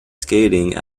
skating